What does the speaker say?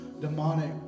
demonic